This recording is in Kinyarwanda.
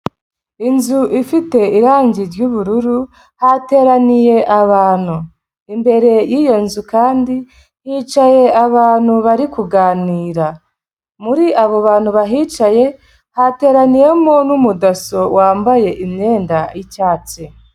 Inzu ifite irangi ry'ubururu, hateraniye abantu. Imbere y'iyo nzu kandi hicaye abantu bari kuganira. Muri abo bantu bahicaye hateraniyemo n'Umudaso wambaye imyenda y'icyatsi.